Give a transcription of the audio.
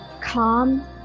calm